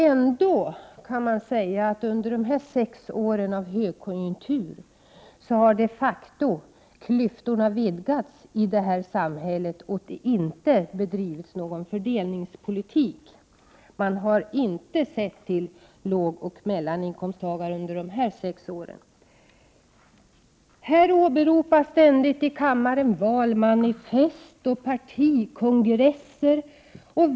Ändå kan man säga att klyftorna under dessa sex år av högkonjunktur de facto har vidgats i detta samhälle. Det har inte bedrivits någon fördelningspolitik. Man har inte sett om lågoch mellaninkomsttagare under dessa sex år. Här i kammaren åberopas ständigt valmanifest och partikongresser.